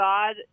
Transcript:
God